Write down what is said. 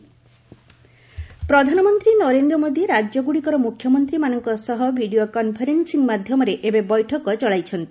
PM CMs ପ୍ରଧାନମନ୍ତ୍ରୀ ନରେନ୍ଦ୍ର ମୋଦି ରାଜ୍ୟଗୁଡ଼ିକର ମୁଖ୍ୟମନ୍ତ୍ରୀମାନଙ୍କ ସହ ଭିଡ଼ିଓ କନ୍ଫରେନସିଂ ମାଧ୍ୟମରେ ଏବେ ବୈଠକ ଚଳେଇଛନ୍ତି